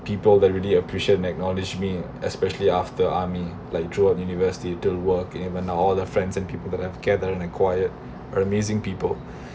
people that really appreciate and acknowledge me especially after army like throughout university to the work and even now all the friends and people I have gathered and acquired amazing people